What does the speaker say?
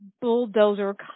bulldozer